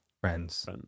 friends